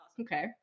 Okay